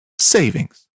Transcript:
savings